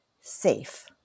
safe